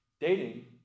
Dating